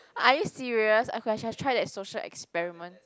are you serious okay I should have tried that social experiment